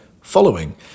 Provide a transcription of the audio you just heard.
following